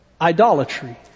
idolatry